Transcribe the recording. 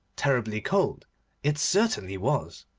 terribly cold it certainly was.